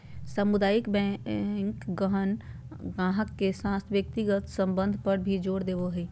सामुदायिक बैंक अपन गाहक के साथ व्यक्तिगत संबंध पर भी जोर देवो हय